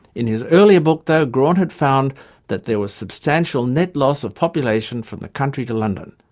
in his earlier book though, graunt had found that there was substantial net loss of population from the country to london.